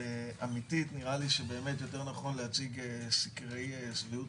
נראה לי שיותר נכון להציג לנו סקרי שביעות